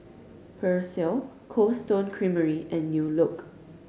Persil Cold Stone Creamery and New Look